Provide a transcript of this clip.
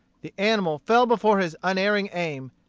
the animal fell before his unerring aim,